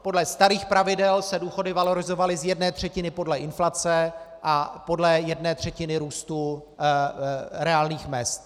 Podle starých pravidel se důchody valorizovaly z jedné třetiny podle inflace a podle jedné třetiny růstu reálných mezd.